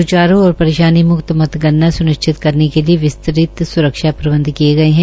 स्चारू और शरेशानी म्क्त मतगणना स्निश्चित करने के लिये विस्तृत सुरक्षा प्रबंध किये गये है